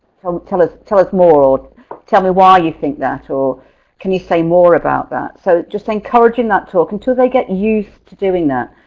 tell us tell us more or tell me why you think that or can you say more about that. so just encouraging that talk until they get used to doing that.